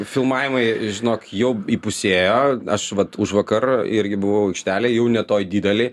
filmavimai žinok jau įpusėjo aš vat užvakar irgi buvau aikštelėj jau ne toj didelėj